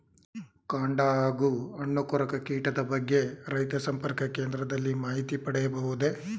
ಕಾಂಡ ಹಾಗೂ ಹಣ್ಣು ಕೊರಕ ಕೀಟದ ಬಗ್ಗೆ ರೈತ ಸಂಪರ್ಕ ಕೇಂದ್ರದಲ್ಲಿ ಮಾಹಿತಿ ಪಡೆಯಬಹುದೇ?